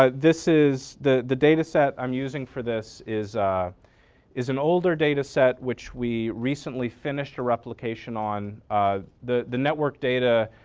ah this is the the data set i'm using for this is is an older data set which we recently finished a replication on. ah the the network data